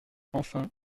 enfin